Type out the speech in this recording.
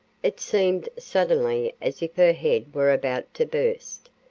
it seemed suddenly as if her head were about to burst.